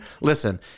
Listen